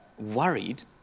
worried